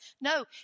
No